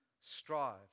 strive